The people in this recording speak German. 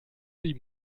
die